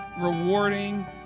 rewarding